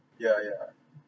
ya ya